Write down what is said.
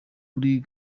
kuri